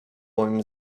moim